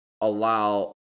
allow